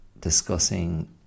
discussing